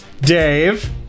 dave